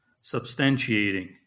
Substantiating